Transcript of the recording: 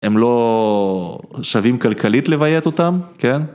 הם לא שווים כלכלית לביית אותם, כן?